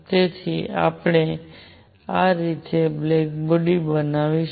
તેથી આપણે આ રીતે બ્લેક બોડી બનાવી છે